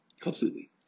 completely